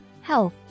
health